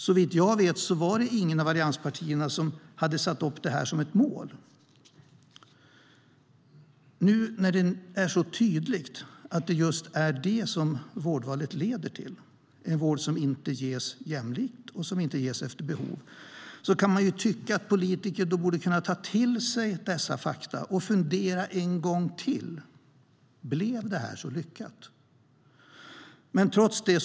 Såvitt jag vet hade inget av allianspartierna satt upp det som ett mål. När det nu är tydligt att vårdvalet leder till just vård som inte ges efter behov kan man tycka att politiker borde kunna ta detta till sig och fundera en gång till på om det blev särskilt lyckat.